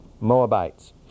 Moabites